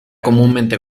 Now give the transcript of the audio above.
comúnmente